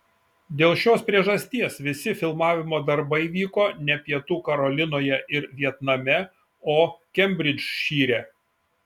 dėl šios priežasties visi filmavimo darbai vyko ne pietų karolinoje ir vietname o kembridžšyre